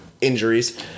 injuries